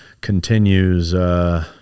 continues